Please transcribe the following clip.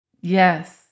Yes